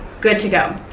good to go.